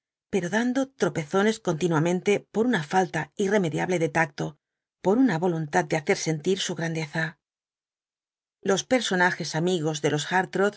pero dando tropezones continuamente por una falta irremediable de tacto por una voluntad de v'hacer sentir su grandeza los personajes amigos de los